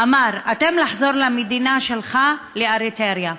אמר: אתם, לחזור למדינה שלך, לאריתריאה.